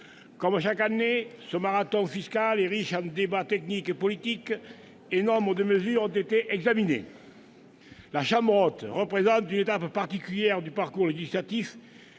Comme chaque année, ce marathon fiscal est riche en débats techniques et politiques, et nombre de mesures ont été examinées. La Chambre haute représente une étape particulière du parcours législatif,